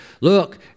Look